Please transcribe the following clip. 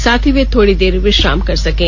साथ ही वे थोडी देर विश्राम कर सकें